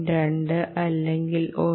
2 അല്ലെങ്കിൽ 1